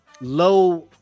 low